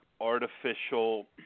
artificial –